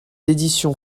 éditions